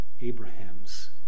Abraham's